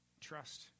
Trust